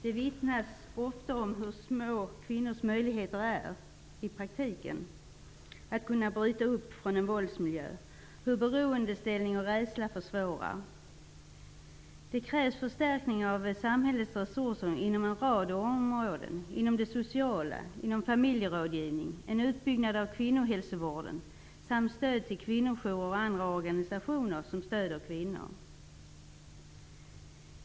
Det vittnas ofta om hur små kvinnors möjligheter -- i praktiken -- är att bryta upp från en våldsmiljö, hur beroendeställning och rädsla försvårar. Det krävs förstärkning av samhällets resurser på en rad områden inom det sociala. Det gäller familjerådgivning, kvinnohälsovården behöver byggas ut, och stöd behövs till kvinnojourer och andra organisationer som stöder kvinnor.